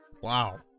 wow